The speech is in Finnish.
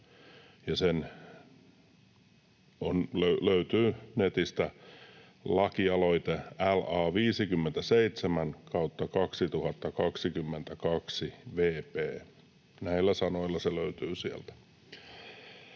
Se löytyy netistä, lakialoite LA 57/2022 vp — näillä sanoilla se löytyy sieltä.